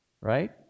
right